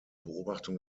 beobachtung